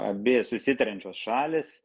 abi susitariančios šalys